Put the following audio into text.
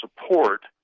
support